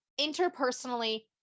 interpersonally